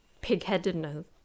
pig-headedness